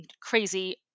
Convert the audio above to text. crazy